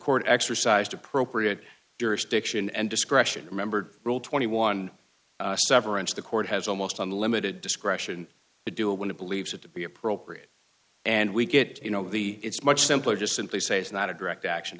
court exercised appropriate jurisdiction and discretion remembered rule twenty one dollars severance the court has almost unlimited discretion to do it when it believes it to be appropriate and we get you know the it's much simpler just simply say it's not a direct action